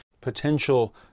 potential